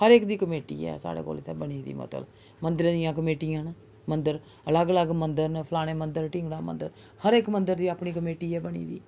हर इक दी कमेटी ऐ साढ़े कोल इत्थै बनी दी मतलब मंदरें दियां कमेटियां न मंदर अलग अलग मंदर न फलाने मंदर ढिङना मंदर हर इक मंदर दी अपनी कमेटी ऐ बनी दी